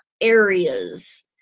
areas